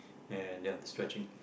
and ya stretching